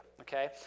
okay